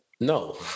No